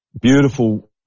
beautiful